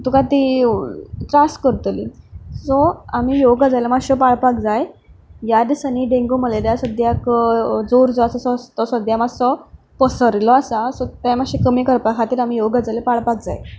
तुका तीं त्रास करतलीं सो आमी ह्यो गजाली मातश्यो पाळपाक जाय ह्या दिसांनी डेंगू मलेरिया सद्द्याक जोर जो आसा तसो सद्द्या मातसो पसरिल्लो आसा ते मातशें कमी करपा खातीर आमी ह्यो गजाली मातश्यो पाळपाक जाय